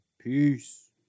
peace